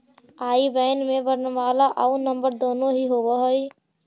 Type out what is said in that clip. आई बैन में वर्णमाला आउ नंबर दुनो ही होवऽ हइ